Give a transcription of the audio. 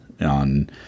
on